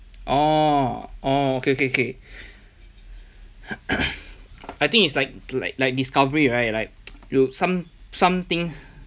orh orh okay okay okay I think it's like like like discovery right like you some some things